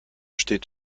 steht